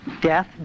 death